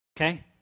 okay